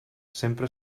sempre